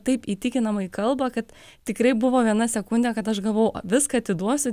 taip įtikinamai kalba kad tikrai buvo viena sekundė kad aš galvojau viską atiduosiu